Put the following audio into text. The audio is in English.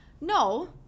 no